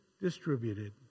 distributed